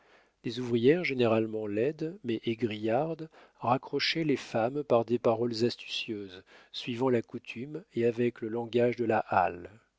des ouvrières généralement laides mais égrillardes raccrochaient les femmes par des paroles astucieuses suivant la coutume et avec le langage de la halle